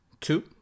two